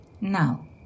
Now